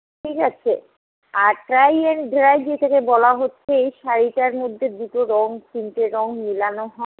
ঠিক আছে আর টাই অ্যান্ড ডাই যেইটাকে বলা হচ্ছে এই শাড়িটার মধ্যে দুটো রঙ তিনটে রঙ মেলানো হয়